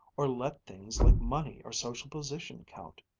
or let things like money or social position count.